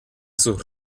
sus